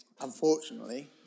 unfortunately